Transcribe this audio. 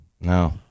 No